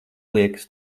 liekas